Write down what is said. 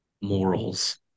morals